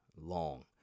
long